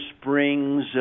Springs